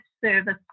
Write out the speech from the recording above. service